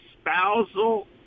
spousal